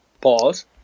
Pause